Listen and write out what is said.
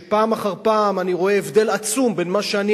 שפעם אחר פעם אני רואה הבדל עצום בין מה שאני